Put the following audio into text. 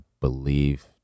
believe